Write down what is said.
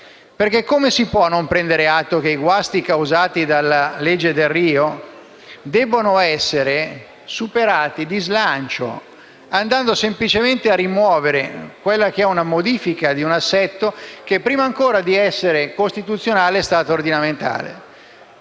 perché non si può non prendere atto del fatto che i guasti causati dalla legge Delrio devono essere superati di slancio, andando semplicemente a rimuovere la modifica di un assetto che, prima ancora di essere costituzionale, è stato ordinamentale.